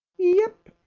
yep,